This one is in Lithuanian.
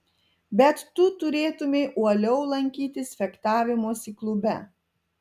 bet tu turėtumei uoliau lankytis fechtavimosi klube